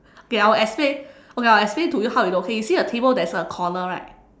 okay I will explain okay I will explain to you how you know okay you see the table there is a corner right